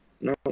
No